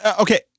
Okay